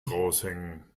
raushängen